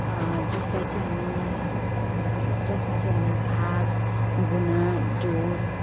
जसलाई चाहिँ हामी जसमा चाहिँ हामी भाग गुना जोड